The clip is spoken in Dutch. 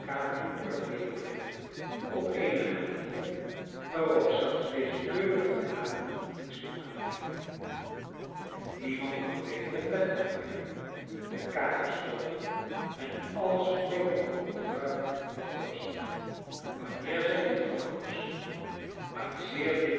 in orde leeren brengen op eene manier waarop zelfs deze keurige dame niets kon aanmerken niemand kon beter het bed opmaken de kamer stoffen en alles ordelijker opruimen dan topsy wanneer zij dit verkoos maar zeer